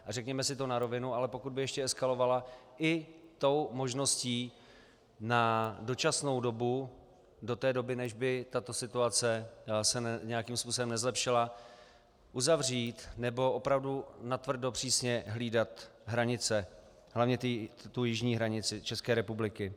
Ale řekněme si to na rovinu, pokud by ještě eskalovala, i tou možností na dočasnou dobu, do té doby, než by se tato situace nějakým způsobem nezlepšila, uzavřít nebo opravdu natvrdo přísně hlídat hranice, hlavně jižní hranici České republiky.